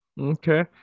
Okay